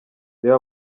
reba